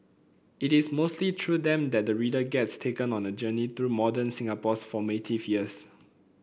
it is mostly through them that the reader gets taken on a journey through modern Singapore's formative years